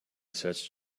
search